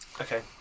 Okay